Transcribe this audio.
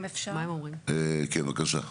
כן בבקשה?